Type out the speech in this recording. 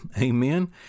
Amen